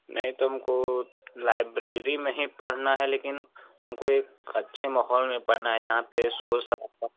नहीं तो हमको लाइब्रेरी में ही पढ़ना है लेकिन हमको एक अच्छे माहौल में पढ़ना है जहाँ पर शोर शराबा